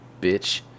Bitch